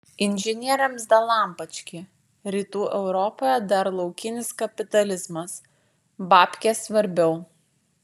inžinieriams dalampački rytų europoje dar laukinis kapitalizmas babkės svarbiau